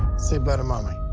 say bye to mommy.